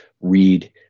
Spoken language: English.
read